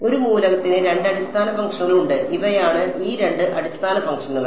ഒരു മൂലകത്തിന് രണ്ട് അടിസ്ഥാന ഫംഗ്ഷനുകൾ ഉണ്ട് ഇവയാണ് ആ രണ്ട് അടിസ്ഥാന പ്രവർത്തനങ്ങൾ